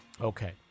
okay